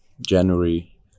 January